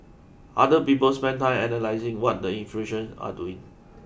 other people spend time analysing what the influential are doing